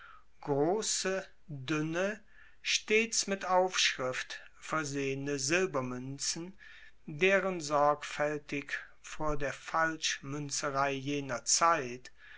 grosse duenne stets mit aufschrift versehene silbermuenzen deren sorgfaeltig vor der falschmuenzerei jener zeit